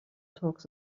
talks